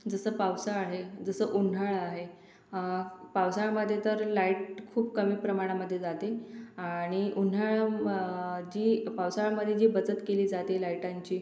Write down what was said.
जसं पावसाळा आहे जसं उन्हाळा आहे पावसाळ्यामध्ये तर लाईट खूप कमी प्रमाणामध्ये जाते आणि उन्हाळ्या म् जी पावसाळ्यामध्ये जी बचत केली जाते लायटांची